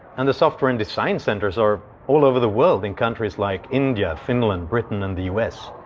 and the software and design centers are all over the world, in countries like india, finland, britain and the u s.